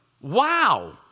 Wow